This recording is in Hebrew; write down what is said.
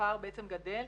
הפער בעצם גדל.